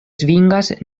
svingas